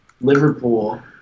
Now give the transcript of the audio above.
Liverpool